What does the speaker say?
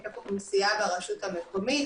היקף אוכלוסייה ברשות המקומית,